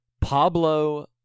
Pablo